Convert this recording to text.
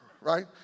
right